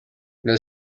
nel